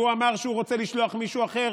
והוא אמר שהוא רוצה לשלוח מישהו אחר,